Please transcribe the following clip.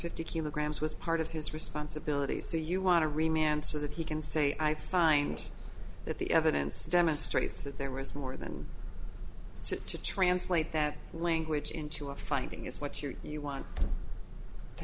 fifty kilograms was part of his responsibilities so you want to remain answer that he can say i find that the evidence demonstrates that there was more than just to translate that language into a finding is what you're you want to